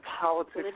politics